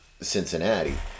Cincinnati